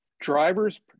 Drivers